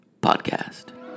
Podcast